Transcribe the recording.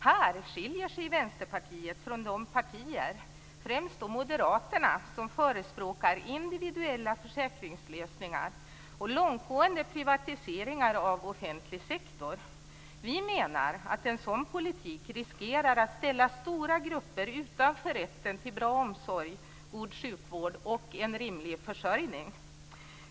Här skiljer sig Vänsterpartiet från de partier, främst Moderaterna, som förespråkar individuella försäkringslösningar och långtgående privatiseringar av offentlig sektor. Vi menar att en sådan politik riskerar att ställa stora grupper utanför rätten till bra omsorg, god sjukvård och en rimlig försörjning.